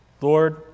Lord